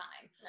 time